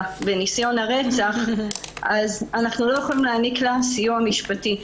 בניסיון הרצח אז אנחנו לא יכולים להעניק לה סיוע משפטי.